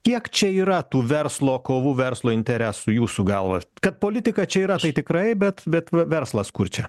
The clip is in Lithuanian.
kiek čia yra tų verslo kovų verslo interesų jūsų galva kad politika čia yra tai tikrai bet bet va verslas kurčia